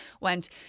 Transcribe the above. went